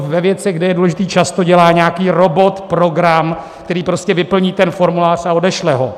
Ve věcech, kde je důležitý čas, to dělá nějaký robot, program, který prostě vyplní ten formulář a odešle ho.